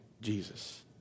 Jesus